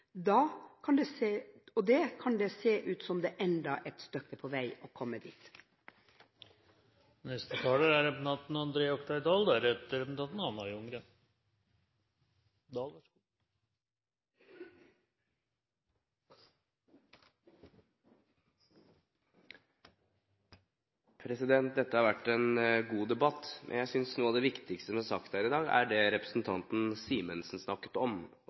Det kan se ut som det ennå er et stykke vei dit. Dette har vært en god debatt. Jeg synes noe av det viktigste som er sagt her i dag, er det representanten Simensen snakket om,